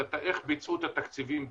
איך ביצעו את התקציבים בפועל,